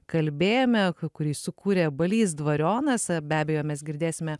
kalbėjome kurį sukūrė balys dvarionas be abejo mes girdėsime